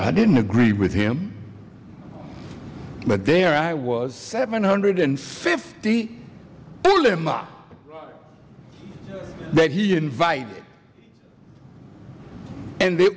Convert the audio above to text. i didn't agree with him but there i was seven hundred and fifty that he invited and the